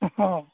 অঁ